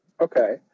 Okay